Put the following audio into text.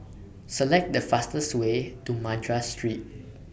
Select The fastest Way to Madras Street